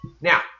Now